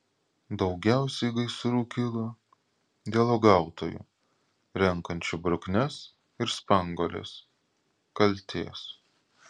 daugiausiai gaisrų kilo dėl uogautojų renkančių bruknes ir spanguoles kaltės